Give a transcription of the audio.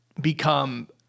become